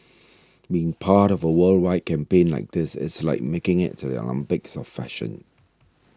being part of a worldwide campaign like this it's like making it to the Olympics of fashion